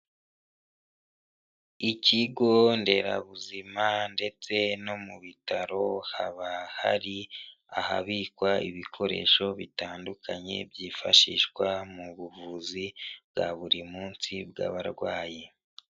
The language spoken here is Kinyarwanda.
Ikigo nderabuzima ndetse no mu bitaro haba hari ahabikwa ibikoresho bitandukanye byifashishwa mu buvuzi bwa buri munsi bw'abarwayi.